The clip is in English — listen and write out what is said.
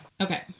Okay